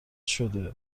شده